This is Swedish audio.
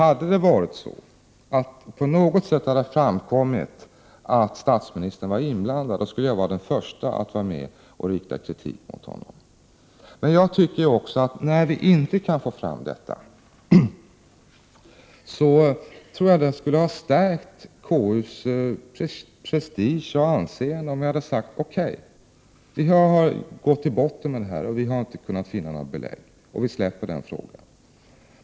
Om det på något sätt hade framkommit att statsministern hade varit inblandad, skulle jag vara den förste att vara med och rikta kritik mot honom. Men jag tycker också att när vi inte kan få fram detta, så hade det stärkt konstitutionsutskottets prestige och anseende om vi hade sagt: OK, vi har gått till botten med detta, och vi har inte kunnat finna något belägg, så vi släpper den frågan.